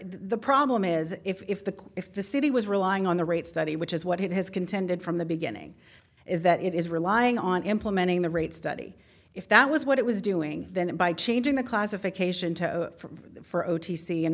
the problem is if the if the city was relying on the rate study which is what it has contended from the beginning is that it is relying on implementing the rate study if that was what it was doing then and by changing the classification toe for o t c and